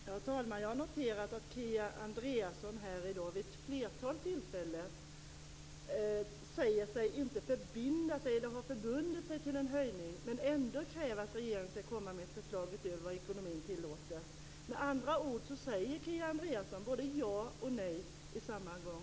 Fru talman! Jag har noterat att Kia Andreasson här i dag vid ett flertal tillfällen säger sig inte ha bundit sig till en höjning, men ändå kräver hon att regeringen skall komma med ett förslag utöver vad ekonomin tillåter. Med andra ord säger hon både ja och nej på samma gång.